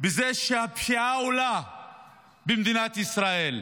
בזה שהפשיעה במדינת ישראל עולה,